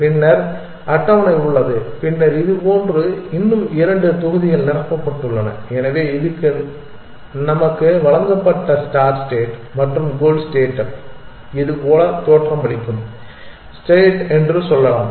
பின்னர் அட்டவணை உள்ளது பின்னர் இதுபோன்று இன்னும் இரண்டு தொகுதிகள் நிரப்பப்பட்டுள்ளன எனவே இது நமக்கு வழங்கப்பட்ட ஸ்டார்ட் ஸ்டேட் மற்றும் கோல் ஸ்டேட் இது போல தோற்றமளிக்கும் ஸ்டேட் என்று சொல்லலாம்